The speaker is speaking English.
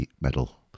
medal